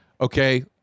okay